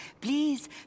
Please